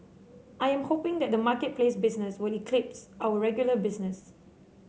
I am hoping that the marketplace business will eclipse our regular business